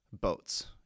boats